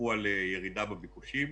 דיווחו על ירידה בביקושים